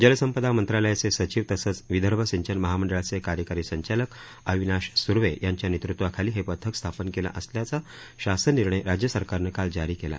जलसंपदा मंत्रालयाचे सचीव तसंच विदर्भ सिंचन महामंडळाचे कार्यकारी संचालक अविनाश सूर्वे यांच्या नेतृत्वाखाली हे पथक स्थापन केलं असल्याचा शासन निर्णय राज्यसरकारनं काल जारी केला